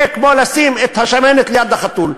זה כמו לשים את השמנת ליד החתול.